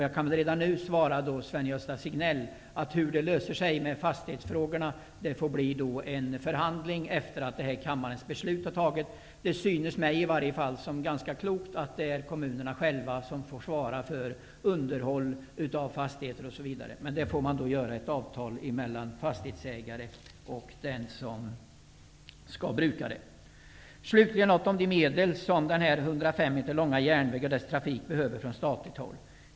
Jag kan väl redan nu svara Sven-Gösta Signell att det måste bli en förhandling om hur fastighetsfrågorna skall lösas efter det att kammarens beslut har tagits. Det synes åtminstone mig ganska klokt att kommunerna själva får svara för underhåll av fastigheter osv., och för detta får träffas ett avtal mellan fastighetsägare och den som skall bruka dessa tillgångar. Vidare något om de medel som denna 105 mil långa järnväg och dess trafik behöver ifrån statligt håll.